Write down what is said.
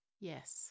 yes